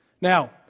Now